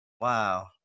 Wow